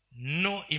No